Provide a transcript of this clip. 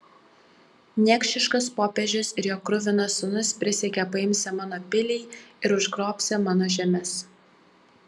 niekšiškas popiežius ir jo kruvinas sūnus prisiekė paimsią mano pilį ir užgrobsią mano žemes